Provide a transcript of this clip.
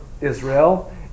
Israel